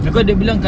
tak